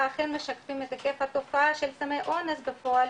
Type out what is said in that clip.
אכן משקפים את היקף התופעה של סמי אונס בפועל